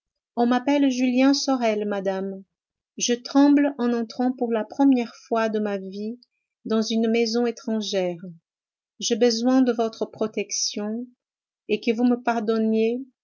on m'appelle julien sorel madame je tremble en entrant pour la première fois de ma vie dans une maison étrangère j'ai besoin de votre protection et que vous me pardonniez